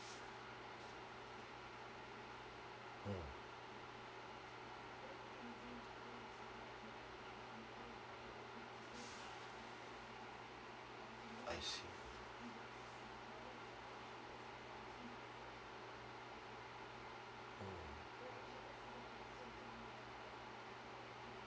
mm I see mm